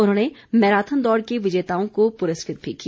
उन्होंने मैराथन दौड़ के विजेताओं को पुरस्कृत भी किया